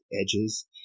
edges